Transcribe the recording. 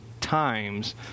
times